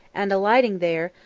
and alighting there,